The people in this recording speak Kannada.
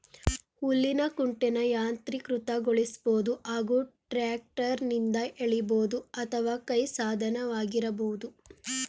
ಹುಲ್ಲಿನ ಕುಂಟೆನ ಯಾಂತ್ರೀಕೃತಗೊಳಿಸ್ಬೋದು ಹಾಗೂ ಟ್ರ್ಯಾಕ್ಟರ್ನಿಂದ ಎಳಿಬೋದು ಅಥವಾ ಕೈ ಸಾಧನವಾಗಿರಬಹುದು